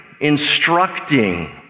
instructing